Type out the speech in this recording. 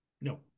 No